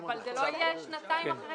אבל זה לא יהיה שנתיים אחרי